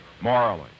morally